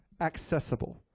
Accessible